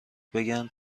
بگن